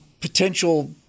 potential